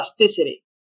elasticity